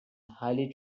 highly